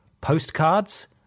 postcards